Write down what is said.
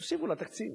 תוסיפו לה תקציב.